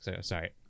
Sorry